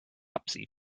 topsy